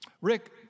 Rick